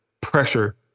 pressure